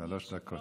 שלוש דקות.